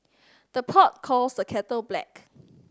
the pot calls the kettle black